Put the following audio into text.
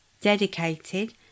dedicated